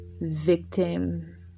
victim